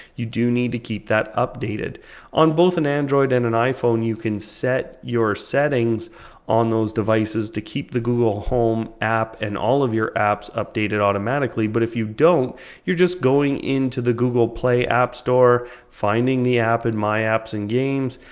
you do need to keep that updated on both an android and an iphone. you can set your settings on those devices to keep the google home app and all of your apps updated automatically, but if you don't you're just going into the google play app store, find the app in my apps and games,